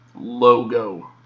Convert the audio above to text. logo